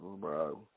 bro